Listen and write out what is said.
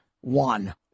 one